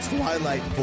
Twilight